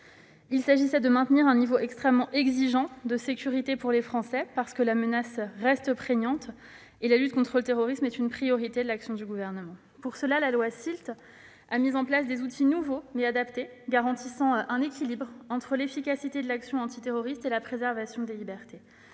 Il s'agissait de maintenir un niveau extrêmement exigeant de sécurité pour les Français, car la menace reste prégnante et la lutte contre le terrorisme demeure une priorité de l'action du Gouvernement. Pour cela, la loi SILT a mis en place des outils nouveaux, mais adaptés, garantissant un équilibre entre efficacité de l'action antiterroriste et préservation des libertés.